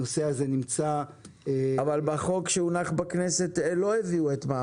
הנושא הזה נמצא --- אבל בחוק שהונח בכנסת לא הביאו את מעמד הלוחמים.